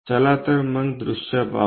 चला तर मग दृश्य पाहू